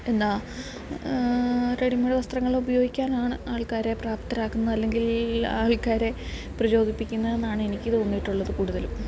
എന്താണ് റെഡിമേയ്ഡ് വസ്ത്രങ്ങൾ ഉപയോഗിക്കാനാണ് ആൾക്കാരെ പ്രാപ്തരാക്കുന്നത് അല്ലെങ്കിൽ ആൾക്കാരെ പ്രചോദിപ്പിക്കുന്നത് എന്നാണ് എനിക്ക് തോന്നിയിട്ടുള്ളത് കൂടുതലും